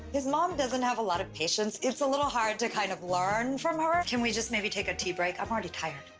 his mom doesn't have a lot of patience. it's a little hard to kind of learn from her. can we just maybe take a tea break? i'm already tired,